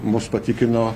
mus patikino